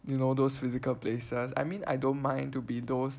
you know those physical places I mean I don't mind to be those